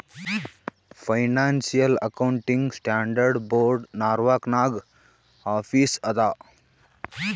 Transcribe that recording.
financial accounting standard board Norwalk ನಾಗ್ office ಅದಾ